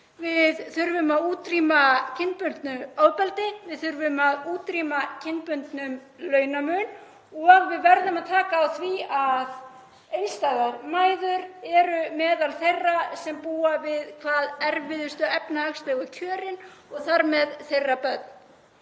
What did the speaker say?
Við þurfum að útrýma kynbundnu ofbeldi. Við þurfum að útrýma kynbundnum launamun og við verðum að taka á því að einstæðar mæður eru meðal þeirra sem búa við hvað erfiðustu efnahagslegu kjörin og þar með börn